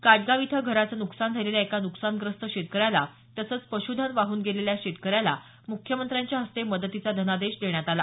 काटगाव इथं घराचं नुकसान झालेल्या एका नुकसानग्रस्त शेतकऱ्याला तसंच पश्धन वाहून गेलेल्या शेतकऱ्याला मुख्यमंत्र्यांच्या हस्ते मदतीचा धनादेश देण्यात आला